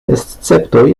esceptoj